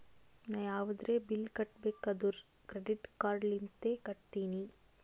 ನಾ ಯಾವದ್ರೆ ಬಿಲ್ ಕಟ್ಟಬೇಕ್ ಅಂದುರ್ ಕ್ರೆಡಿಟ್ ಕಾರ್ಡ್ ಲಿಂತೆ ಕಟ್ಟತ್ತಿನಿ